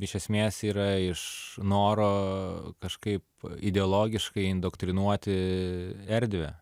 iš esmės yra iš noro kažkaip ideologiškai indoktrinuoti erdvę